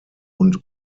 und